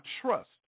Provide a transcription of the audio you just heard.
trust